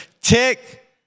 tick